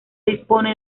dispone